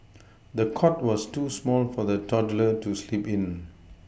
the cot was too small for the toddler to sleep in